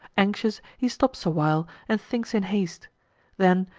anxious, he stops a while, and thinks in haste then,